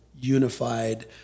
unified